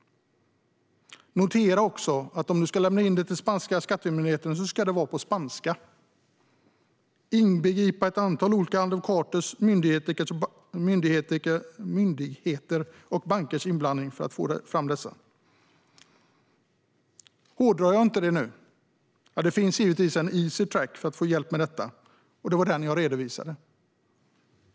Notera också att om du lämna in det till den spanska skattemyndigheten ska det vara på spanska och inbegripa ett antal olika advokaters, myndigheters och bankers inblandning för att få fram allting. Hårdrar jag inte det nu? Det finns givetvis en easy track för att få hjälp med detta. Det var den jag redovisade.